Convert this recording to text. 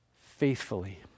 faithfully